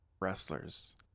wrestlers